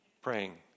praying